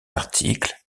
article